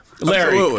Larry